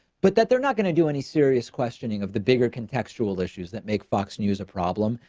but that they're not going to do any serious questioning of the bigger contextual issues that make fox news a problem.